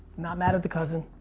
not mad at the cousin,